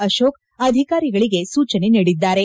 ಅಶೋಕ ಅಧಿಕಾರಿಗಳಿಗೆ ಸೂಚನೆ ನೀಡಿದ್ದಾರೆ